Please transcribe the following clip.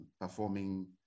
performing